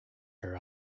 her